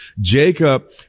Jacob